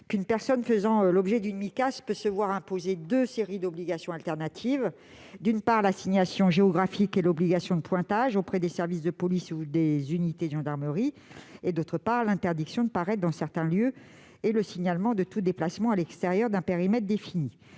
qu'une personne faisant l'objet d'une telle mesure peut se voir imposer deux séries d'obligations alternatives : d'une part, l'assignation géographique et l'obligation de pointage auprès des services de police ou des unités de gendarmerie ; d'autre part, l'interdiction de paraître dans certains lieux et le signalement de tout déplacement à l'extérieur d'un périmètre défini.